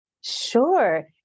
Sure